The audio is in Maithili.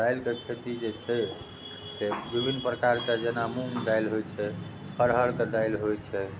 दालिके खेती जे छै से से विभिन्न प्रकारके जेना मूँग दालि होइ छै अरहरके दालि होइ छै